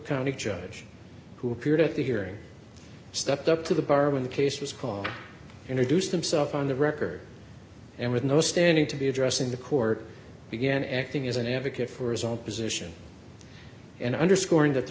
county judge who appeared at the hearing stepped up to the bar when the case was called introduce himself on the record and with no standing to be addressing the court began acting as an advocate for his own position and underscoring that the